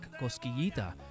Cosquillita